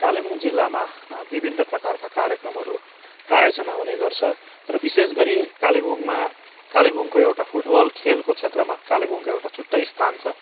कालेबुङ जिल्लामा विभिन्न प्रकारका कार्यक्रमहरू आयोजना हुने गर्छ र विशेष गरी कालेबुङमा कालेबुङको एउटा फुटबल खेलको क्षेत्रमा कालेबुङको एउटा छुट्टै स्थान छ